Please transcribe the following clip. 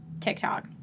TikTok